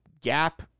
gap